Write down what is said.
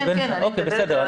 בסדר.